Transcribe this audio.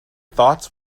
thoughts